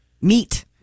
meat